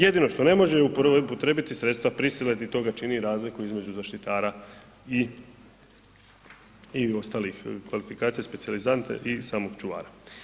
Jedino što ne može je upotrijebiti sredstva prisile i to ga čini razliku između zaštitara i ostalih kvalifikacija specijalizanta i samog čuvara.